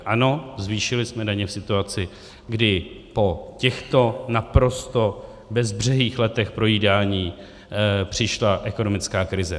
Ano, zvýšili jsme daně v situaci, kdy po těchto naprosto bezbřehých letech projídání přišla ekonomická krize.